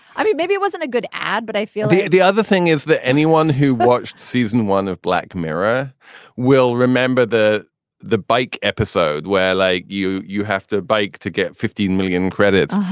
i mean, maybe it wasn't a good ad, but i feel yeah the other thing is that anyone who watched season one of black mirror will remember the the bike episode where, like you, you have to bike to get fifteen million credits.